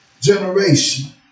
generation